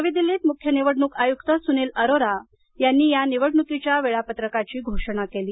नवी दिल्लीत मुख्य निवडणूक आयुक्त सुनील आरोरा यांनी निवडणूकीच्या वेळापत्रकाची घोषणा केली